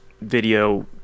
video